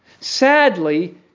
sadly